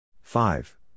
Five